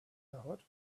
thought